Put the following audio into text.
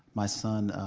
my son